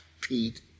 Pete